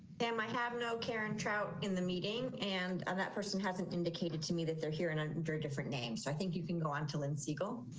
am i have no karen trout in the meeting. and i'm that person hasn't indicated to me that they're here and under different names. so i think you can go on to lend siegel.